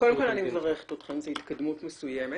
קודם כל אני מברכת אתכם, זו התקדמות מצוינת.